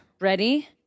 Ready